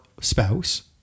spouse